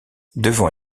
devant